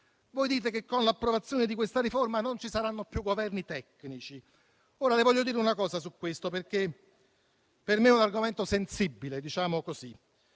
Voi dite che, con l'approvazione di questa riforma, non ci saranno più Governi tecnici. Ora le voglio dire una cosa su questo, perché per me è un argomento sensibile, per così